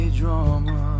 drama